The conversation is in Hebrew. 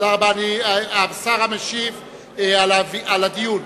השר המשיב על הדיון,